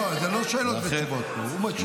גם את החיים של הציבור שלך הם הפקירו.